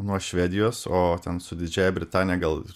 nuo švedijos o ten su didžiąja britanija gal